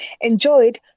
enjoyed